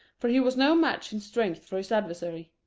for he was no match in strength for his adversary.